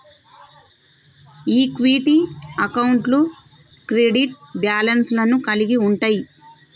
equity అకౌంట్లు credit balance లను కలిగి ఉంటయ్